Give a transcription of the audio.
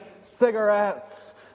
cigarettes